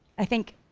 i think,